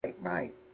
right